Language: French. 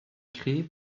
créée